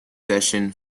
session